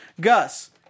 Gus